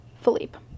Philippe